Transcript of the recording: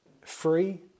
free